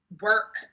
work